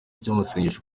cy’amasengesho